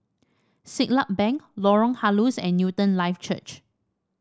Siglap Bank Lorong Halus and Newton Life Church